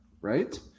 Right